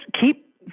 keep